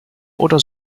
oder